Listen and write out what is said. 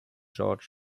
george